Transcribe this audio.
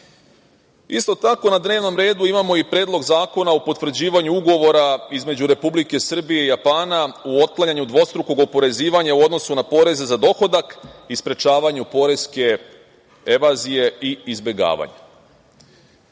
tako, na dnevnom redu imamo i Predlog zakona o potvrđivanju Ugovora između Republike Srbije i Japana u otklanjanju dvostrukog oporezivanja u odnosu na poreze za dohodak i sprečavanju poreske evazije i izbegavanja. Zaključenje